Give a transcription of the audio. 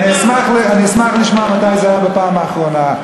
אני אשמח לשמוע מתי זה היה בפעם האחרונה,